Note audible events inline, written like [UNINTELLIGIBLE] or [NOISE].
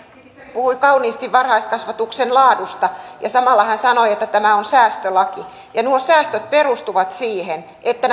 puhui kauniisti varhaiskasvatuksen laadusta samalla hän sanoi että tämä on säästölaki ja nuo säästöt perustuvat siihen että [UNINTELLIGIBLE]